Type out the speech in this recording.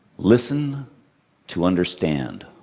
listen to understand.